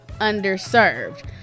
underserved